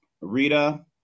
Rita